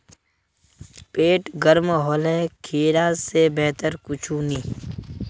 पेट गर्म होले खीरा स बेहतर कुछू नी